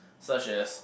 such as